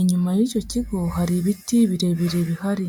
inyuma y'icyo kigo hari ibiti birebire bihari.